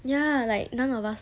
ya like none of us know